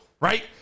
right